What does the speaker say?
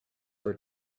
were